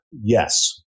Yes